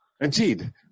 Indeed